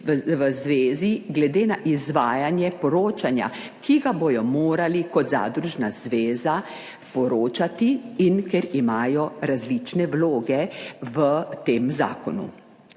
v zvezi glede na izvajanje poročanja, ki ga bodo morali kot zadružna zveza poročati, in ker imajo različne vloge v tem zakonu.